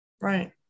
Right